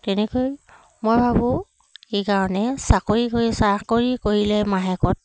তেনেকৈ মই ভাবোঁ এইকাৰণে চাকৰি কৰি চাকৰি কৰিলে মাহেকত